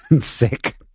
sick